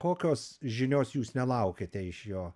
kokios žinios jūs nelaukiate iš jo